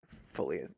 fully